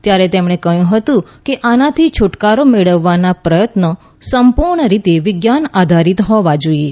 ત્યારે તેમણે કહ્યું હતું કે આનાથી છુટકારો મેળવવાનાં પ્રયત્નો સંપૂર્ણ રીતે વિજ્ઞાન આધારીત હોવા જોઈએ